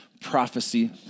prophecy